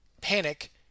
panic